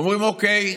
אומרים: אוקיי,